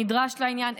שנדרש לעניין,